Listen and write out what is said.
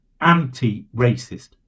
anti-racist